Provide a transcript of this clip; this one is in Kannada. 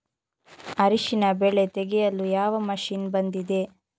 ಅರಿಶಿನ ಬೆಳೆ ತೆಗೆಯಲು ಯಾವ ಮಷೀನ್ ಬಂದಿದೆ?